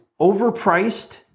overpriced